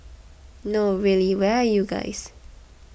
no really where are you guys